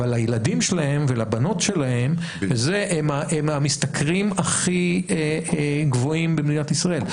אבל הילדים שלהם והבנות שלהם הם מהמשתכרים הכי גבוהים במדינת ישראל.